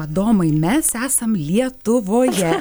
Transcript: adomai mes esam lietuvoje